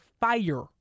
fire